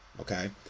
Okay